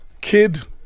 Kid